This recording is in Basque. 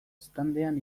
standean